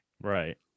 Right